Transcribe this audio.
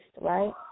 right